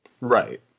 Right